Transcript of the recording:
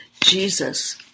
Jesus